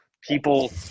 people